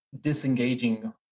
disengaging